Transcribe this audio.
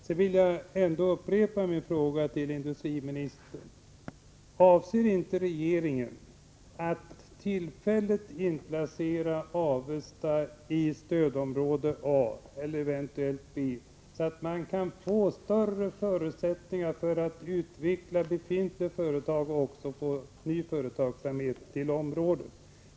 Jag vill också upprepa min fråga till industriministern: Avser inte regeringen att tillfälligt inplacera Avesta i stödområde A eller eventuellt B, så att man kan få större förutsättningar för att utveckla befintliga företag och få ny företagsamhet till området?